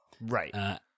right